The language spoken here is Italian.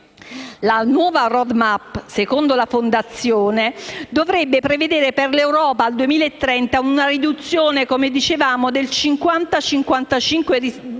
La nuova *road map*, secondo la Fondazione, dovrebbe prevedere per l'Europa nel 2030 una riduzione del 50-55